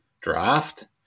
draft